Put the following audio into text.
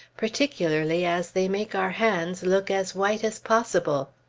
particularly as they make our hands look as white as possible.